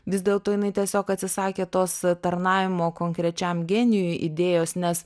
vis dėlto jinai tiesiog atsisakė tos tarnavimo konkrečiam genijui idėjos nes